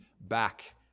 back